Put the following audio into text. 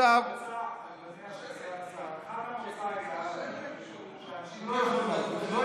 אדוני סגן השר, הנחת המוצא הייתה שאנשים לא יבואו.